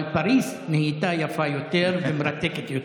אבל פריז נהייתה יפה יותר ומרתקת יותר.